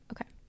Okay